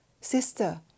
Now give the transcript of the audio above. sister